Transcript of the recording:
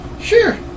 Sure